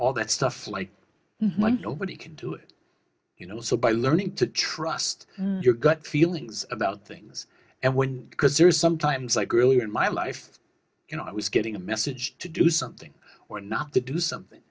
all that stuff like but he can do it you know so by learning to trust your gut feelings about things and when because there is sometimes like earlier in my life you know i was getting a message to do something or not to do something